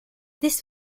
this